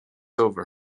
over